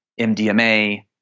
MDMA